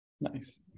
Nice